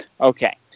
Okay